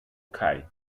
kai